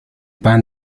pan